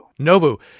Nobu